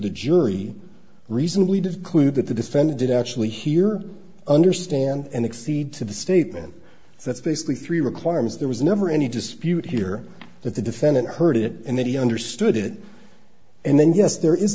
the jury reasonably did clear that the defendant did actually hear understand and exceed to the statement that's basically three requirements there was never any dispute here that the defendant heard it and then he understood it and then yes there is